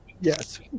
Yes